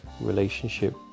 relationship